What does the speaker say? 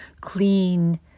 clean